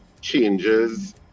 changes